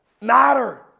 matter